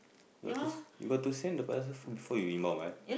you got to s~ you got to send the person before you inbound what